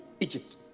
Egypt